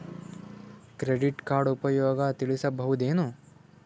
Credit card ಉಪಯೋಗ ತಿಳಸಬಹುದೇನು?